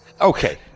Okay